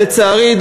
לצערי,